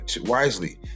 wisely